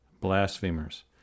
blasphemers